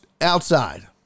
outside